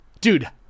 dude